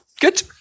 good